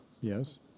Yes